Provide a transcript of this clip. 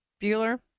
Bueller